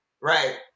right